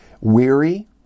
weary